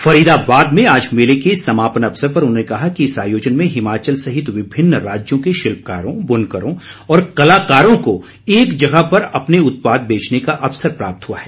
फरीदाबाद में आज मेले के समापन अवसर पर उन्होंने कहा कि इस आयोजन में हिमाचल सहित विभिन्न राज्यों के शिल्पकारों बुनकरों और कलाकारों को एक जगह पर अपने उत्पाद बेचने का अवसर प्राप्त हुआ है